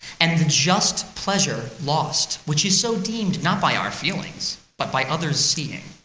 and the just pleasure lost, which is so deemed not by our feeling but by others' seeing.